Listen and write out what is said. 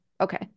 Okay